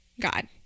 God